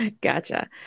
Gotcha